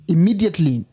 Immediately